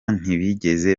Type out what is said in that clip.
ntibigeze